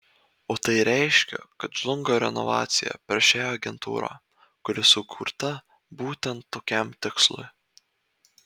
o tai reiškia kad žlunga renovacija per šią agentūrą kuri sukurta būtent tokiam tikslui